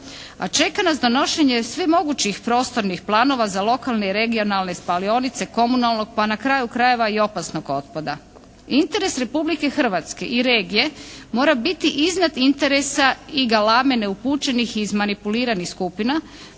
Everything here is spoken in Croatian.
a čeka nas donošenje svih mogućih prostornih planova za lokalne i regionalne spalionice komunalnog, pa na kraju krajeva i opasnog otpada. Interes Republike Hrvatske i regije mora biti iznad interesa i galame neupućenih i izmanipuliranih skupina